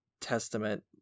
Testament